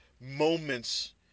moments